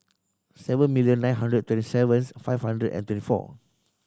seven million nine hundred twenty seventh five hundred and twenty four